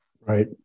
Right